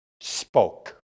spoke